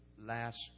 last